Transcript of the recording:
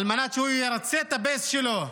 על מנת שהוא ירצה את הבייס שלו.